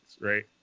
right